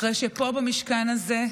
אחרי שפה, במשכן הזה,